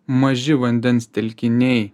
maži vandens telkiniai